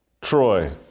troy